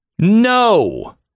No